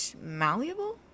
malleable